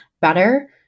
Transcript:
better